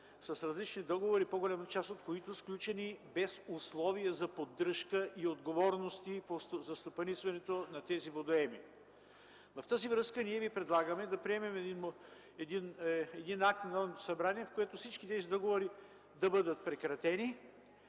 с различни договори, по-голямата част от които бяха сключени без условия за поддръжка и отговорности за стопанисването им. В тази връзка ние предлагаме да приемем акт на Народното събрание, с който всички тези договори да бъдат прекратени